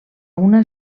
una